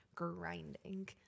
grinding